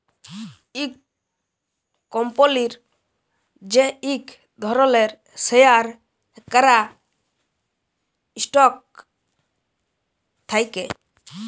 ইক কম্পলির যে ইক ধরলের শেয়ার ক্যরা স্টক থাক্যে